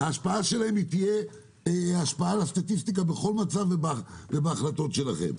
תהיה להם השפעה על הסטטיסטיקה ועל ההחלטות שלכם.